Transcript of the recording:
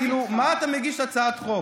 לא, הוא אומר לך כאילו, מה אתה מגיש הצעת חוק?